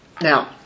Now